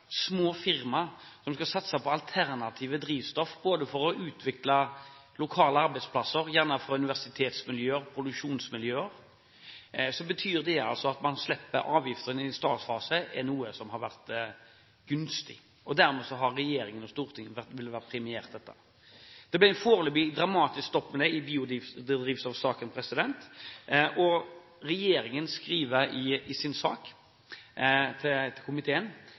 små firmaer, som skal satse på alternativt drivstoff for å utvikle lokale arbeidsplasser, gjerne universitetsmiljøer, produksjonsmiljøer, betyr det at man slipper avgifter i en startfase. Det har vært gunstig. Dermed har regjeringen og Stortinget premiert dette. Det ble en foreløpig dramatisk stopp med det i biodrivstoffsaken. Regjeringen skriver til komiteen